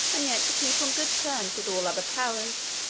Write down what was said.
and yet to keep on good terms with all other powers,